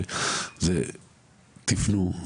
תפנו,